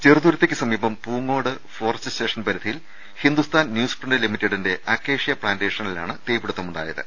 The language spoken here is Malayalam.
ചെറുതുരു ത്തിക്ക് സമീപം പൂങ്ങോട് ഫോറസ്റ്റ് സ്റ്റേഷൻ പരിധിയിൽ ഹിന്ദുസ്ഥാൻ ന്യൂസ്പ്രിന്റ് ലിമിറ്റഡിന്റെ അക്കേഷ്യ പ്ലാന്റേഷനിലാണ് തീപിടുത്തമുണ്ടാ യത്